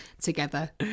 together